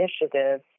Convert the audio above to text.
Initiative